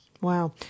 Wow